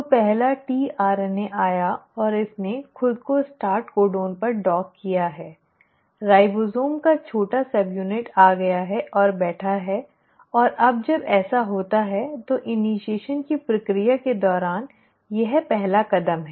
तो पहला tRNA आया और इसने खुद को स्टार्ट कोडन पर डॉक किया है राइबोसोम का छोटा सबयूनिट आ गया है और बैठा है और अब जब ऐसा होता है तो इनिशीएशन की प्रक्रिया के दौरान यह पहला कदम है